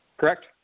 Correct